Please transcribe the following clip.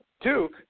Duke